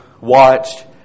watched